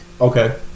Okay